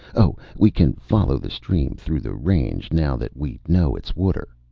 oh. we can follow the stream through the range, now that we know it's water.